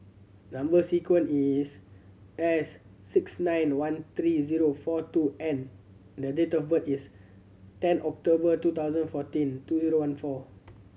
number sequence is S six nine one three zero four two N and date of birth is ten October two thousand fourteen two zero one four